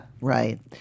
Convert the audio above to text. right